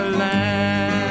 land